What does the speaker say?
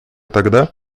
тогда